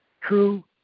true